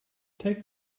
take